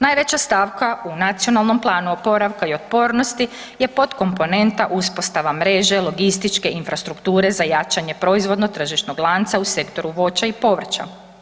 Najveća stavka u Nacionalnom planu oporavka i otpornosti je podkomponenta Uspostava mreže, logističke infrastrukture za jačanje proizvodno tržišnog lanca u sektoru voća i povrća.